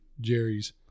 Jerry's